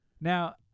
Now